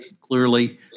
clearly